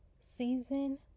season